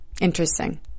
interesting